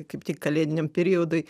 kaip tik kalėdiniam periodui